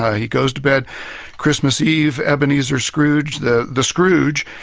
he goes to bed christmas eve, ebenezer scrooge, the the scrooge,